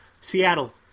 Seattle